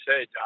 say